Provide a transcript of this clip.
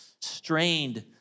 Strained